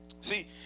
See